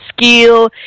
skill